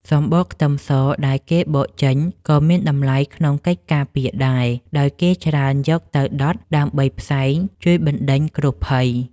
សំបកខ្ទឹមសដែលគេបកចេញក៏មានតម្លៃក្នុងកិច្ចការពារដែរដោយគេច្រើនយកទៅដុតដើម្បីផ្សែងជួយបណ្តេញគ្រោះភ័យ។